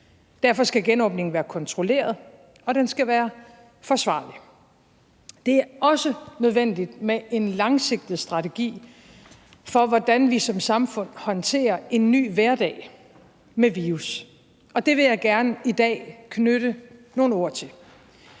Derfor skal genåbningen være kontrolleret, og den skal være forsvarlig. Det er også nødvendigt med en langsigtet strategi for, hvordan vi som samfund håndterer en ny hverdag med virus, og det vil jeg gerne i dag knytte nogle ord til.